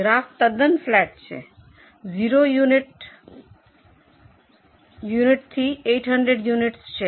graph તદ્દન flat છે 0 યુનિટથી 800 યુનિટસ છે